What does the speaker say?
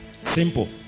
Simple